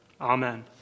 Amen